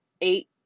eight